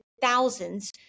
thousands